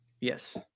Yes